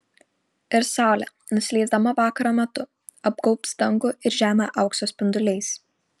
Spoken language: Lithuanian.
ir saulė nusileisdama vakaro metu apgaubs dangų ir žemę aukso spinduliais